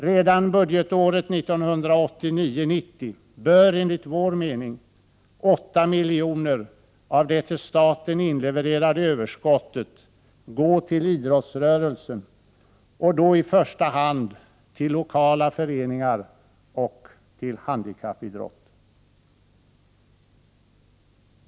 Redan budgetåret 1989/90 bör, enligt vår mening, 8 milj.kr. av det till staten inlevererade överskottet gå till idrottsrörelsen, och då i första hand till lokala föreningar och handikappidrott.